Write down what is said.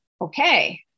okay